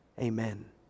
Amen